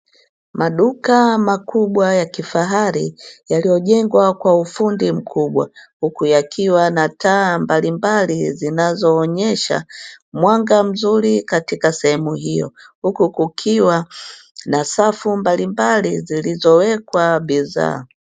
Maduka makubwa ya kifahari yaliyojengwa kwa ufundi mkubwa huku yakiwa na taa mbalimbali zinazoonyesha mwanga mzuri katika sehemu hiyo huku kukiwa na safu mbalimbali zilizowekwa bidhaa.